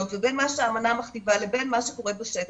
לבין מה שהאמנה מכתיבה לבין מה שקורה בשטח.